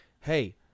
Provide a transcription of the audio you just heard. hey